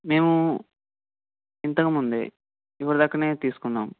మేము ఇంతకుముందే ఈవిడ దగ్గరనే తీసుకున్నాం